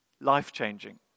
life-changing